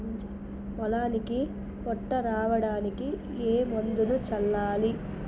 పొలానికి పొట్ట రావడానికి ఏ మందును చల్లాలి?